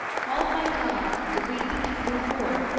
called by god to lead the people forward.